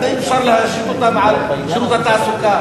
התנאים אפשר להשית אותם על שירות התעסוקה.